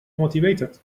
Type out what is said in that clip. motivated